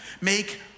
make